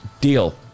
deal